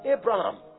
Abraham